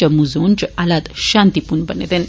Jammu zone इच हालात शांतिपूर्ण बने दे'न